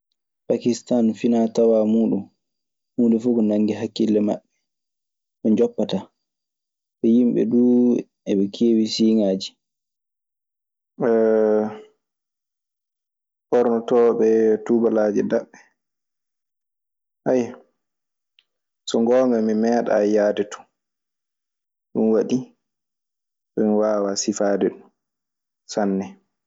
Pakistan finaa tawaa muuɗun. Huunde fuu ko nanngi hakkille maɓɓe, ɓe njoppataa. ɓornotooɓe tubalaaje daɓɓe, aya, so ngoonga mi meeɗay yaade ton. Ɗum waɗi so mi wawa sifaade ton. Ɓe yimɓe du, eɓe keewi siiŋaaji. mornotooɓe tubalaaje daɓɓe, aya, so ngoonga, mi meeɗay yaade ton. Ɗun waɗi so mi wawa sifaade sanne.